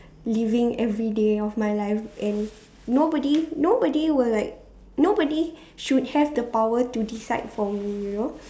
living everyday of my life and nobody nobody would like nobody should have the power to decide for me you know